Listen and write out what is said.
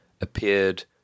appeared